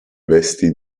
vesti